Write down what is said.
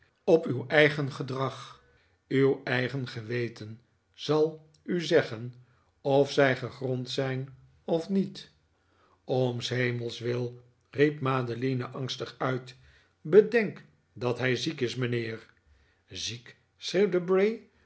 op uw eigen gedrag uw eigen geweten zal u zeggen of zij gegrond zijn of niet om s hemels wil riep madeline angstig uit bedenk dat hij ziek is mijnheer ziek